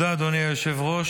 השר,